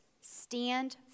stand